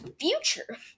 future